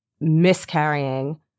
miscarrying